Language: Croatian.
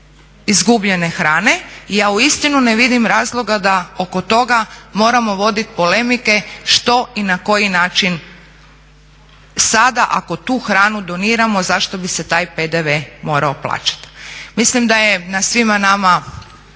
izgubljene hrane i ja uistinu ne vidim razloga da oko toga moramo voditi polemike što i na koji način sada ako tu hranu doniramo zašto bi se taj PDV morao plaćati. Mislim da je na svima nama